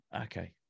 Okay